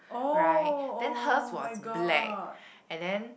right then hers was black and then